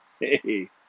Hey